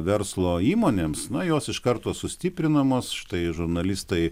verslo įmonėms na jos iš karto sustiprinamos štai žurnalistai